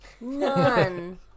None